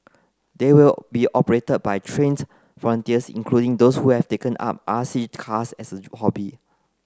they will be operated by trained volunteers including those who have taken up R C cars as a hobby